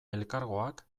elkargoak